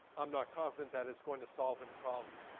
i'm not confident that it's going to solve any problems.